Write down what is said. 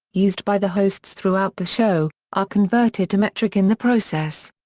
used by the hosts throughout the show, are converted to metric in the process.